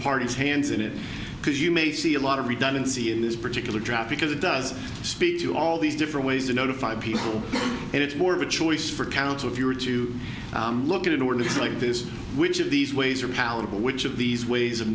parties hands in it because you may see a lot of redundancy in this particular draft because it does speak to all these different ways to notify people and it's more of a choice for counsel if you were to look at an order like this which of these ways are palatable which of these ways of